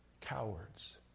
Cowards